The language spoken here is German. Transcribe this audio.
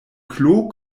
klo